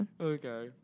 Okay